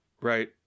Right